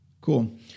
cool